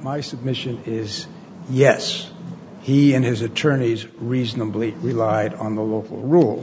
my submission is yes he and his attorneys reasonably relied on the local rule